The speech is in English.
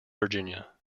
virginia